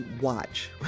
watch